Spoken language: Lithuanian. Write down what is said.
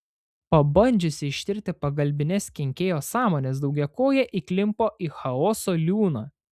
pabandžiusi ištirti pagalbines kenkėjo sąmones daugiakojė įklimpo į chaoso liūną